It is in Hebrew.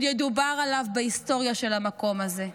ידובר עליו בהיסטוריה של המקום הזה.